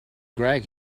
greg